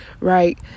right